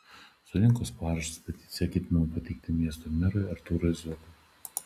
surinkus parašus peticiją ketinama pateikti miesto merui artūrui zuokui